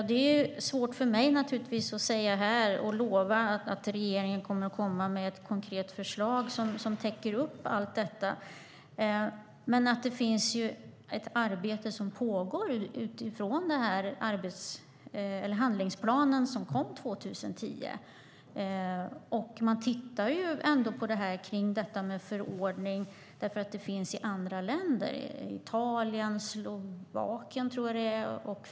Herr talman! Det är naturligtvis svårt för mig att här lova att regeringen kommer att komma med ett konkret förslag som täcker upp allt detta, men det finns ett arbete som pågår utifrån den handlingsplan som kom 2010. Man tittar på detta med förordning eftersom det finns i andra länder, som Italien och, tror jag, Slovakien.